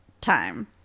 time